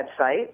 website